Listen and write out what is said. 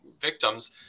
victims